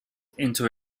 into